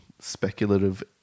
speculative